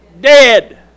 dead